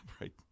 Right